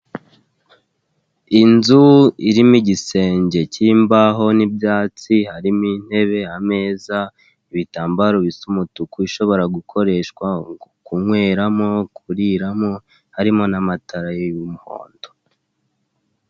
Inzu irimo igisenge k'imbaho n'ibyatsi harimo intebe, ameza, ibitambaro bisa umutuku, ishobora gukoreshwa, kunywera mo, kurira mo, harimo n'amatara y'umuhondo.